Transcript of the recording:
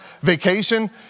vacation